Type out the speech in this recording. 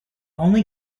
only